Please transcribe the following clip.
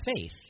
faith